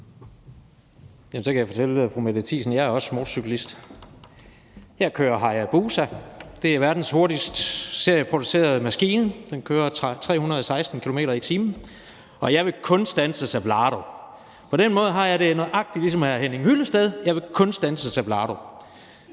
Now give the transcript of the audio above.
Så kan jeg fortælle fru Mette Thiesen, at jeg også er motorcyklist. Jeg kører Hayabusa. Det er verdens hurtigste serieproducerede maskine. Den kører 316 km/t., og jeg vil kun standses af Vlado. På den måde har jeg det nøjagtig ligesom hr. Henning Hyllested; jeg vil kun standses af Vlado!